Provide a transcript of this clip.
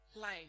life